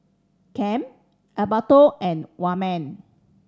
Kem Alberto and Wayman